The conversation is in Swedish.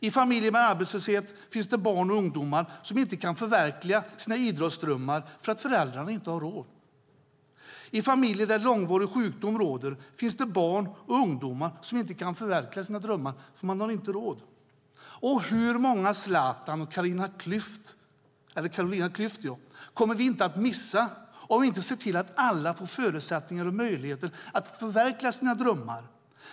I familjer med arbetslöshet finns det barn och ungdomar som inte kan förverkliga sina idrottsdrömmar för att föräldrarna inte har råd. I familjer där långvarig sjukdom råder finns det barn och ungdomar som inte kan förverkliga sina drömmar, för man har inte råd. Och hur många Zlatan eller Carolina Klüft kommer vi inte att missa om vi inte ser till att alla får förutsättningar och möjligheter att förverkliga sina drömmar?